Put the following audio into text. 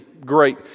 great